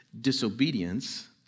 disobedience